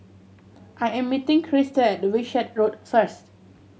I am meeting Krista at Wishart Road first